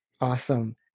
Awesome